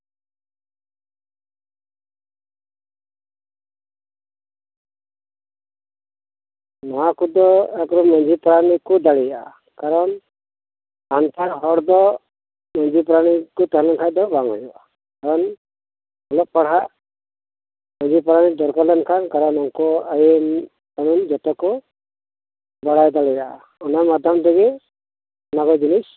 ᱱᱚᱶᱟ ᱠᱚᱫᱚ ᱮᱠᱷᱚᱱ ᱢᱟᱹᱡᱷᱤ ᱯᱟᱨᱟᱱᱤᱠ ᱜᱮᱠᱚ ᱫᱟᱲᱮᱭᱟᱜᱼᱟ ᱠᱟᱨᱚᱱ ᱥᱟᱱᱛᱟᱲ ᱦᱚᱲ ᱫᱚ ᱢᱟᱹᱡᱷᱤ ᱯᱟᱨᱟᱱᱤᱠ ᱠᱚ ᱛᱟᱦᱮᱸ ᱞᱮᱱᱠᱷᱟᱱ ᱫᱚ ᱵᱟᱝ ᱦᱩᱭᱩᱜᱼᱟ ᱚᱞᱚᱜ ᱯᱟᱲᱦᱟᱜ ᱢᱟᱹᱡᱷᱤ ᱯᱟᱨᱟᱱᱤᱠ ᱠᱚ ᱛᱟᱦᱮᱸ ᱞᱮᱱ ᱠᱷᱟᱱ ᱡᱚᱛᱚ ᱠᱚ ᱵᱟᱲᱟᱭ ᱫᱟᱲᱮᱭᱟᱜᱼᱟ ᱚᱱᱟ ᱢᱟᱫᱽᱫᱷᱚᱢ ᱛᱮᱜᱮ ᱡᱚᱛᱚ ᱡᱤᱱᱤᱥ